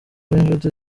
b’inshuti